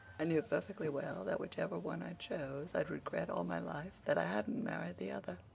i knew perfectly well that whichever one i chose i'd regret all my life that i hadn't married the other.